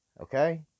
Okay